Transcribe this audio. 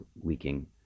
leaking